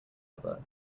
other